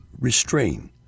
restrain